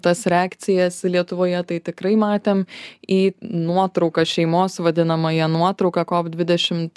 tas reakcijas lietuvoje tai tikrai matėm į nuotrauką šeimos vadinamąją nuotrauką kop dvidešimt